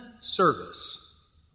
service